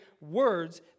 words